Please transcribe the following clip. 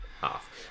Half